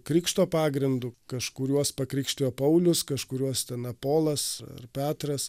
krikšto pagrindu kažkuriuos pakrikštijo paulius kažkuriuos ten apolas ar petras